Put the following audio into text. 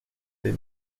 tes